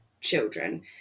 children